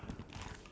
ya